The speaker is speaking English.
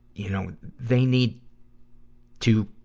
you know, they need to